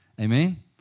amen